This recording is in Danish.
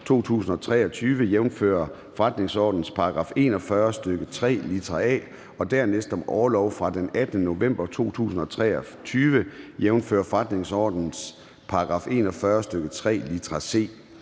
2023, jævnfør forretningsordenens § 41, stk. 3, litra a, og dernæst om orlov fra den 18. november 2023, jævnfør forretningsordenens § 41, stk. 3, litra c.